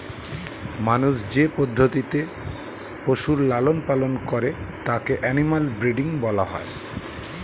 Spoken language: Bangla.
মানুষ যে পদ্ধতিতে পশুর লালন পালন করে তাকে অ্যানিমাল ব্রীডিং বলা হয়